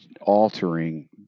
altering